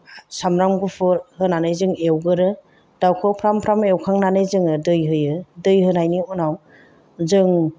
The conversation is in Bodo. सामब्राम गुफुर होनानै जों एवगोरो दाउखौ फ्राम फ्राम एवखांनानै जोङो दै होयो दै होनायनि उनाव जों